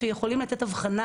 שיכולים לתת אבחנה